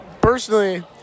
Personally